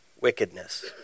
wickedness